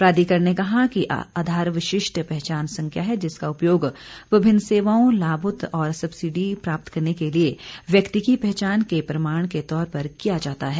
प्राधिकरण ने कहा है कि आधार विशिष्ट पहचान संख्या है जिसका उपयोग विभिन्न सेवाओं लामों और सब्सिडी प्राप्त करने के लिए व्यक्ति की पहचान के प्रमाण के तौर पर किया जाता है